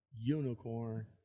Unicorn